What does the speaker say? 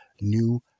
New